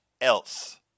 else